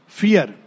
fear